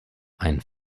ein